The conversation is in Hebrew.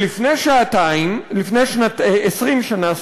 לפני 20 שנה,